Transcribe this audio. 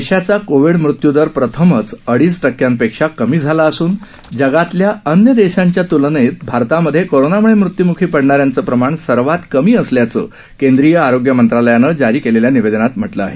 देशाचा कोविड मृत्यू दर प्रथमच अडीच टक्क्यांपेक्षा कमी झाला असून जगातल्या अन्य देशांच्या तुलनेत भारतामध्ये कोरोनामुळे मृत्यमुखी पडणाऱ्यांचं प्रमाण सर्वात कमी असल्याचं केंद्रीय आरोग्य मंत्रालयानं जारी केलेल्या निवेदनात म्हटलं आहे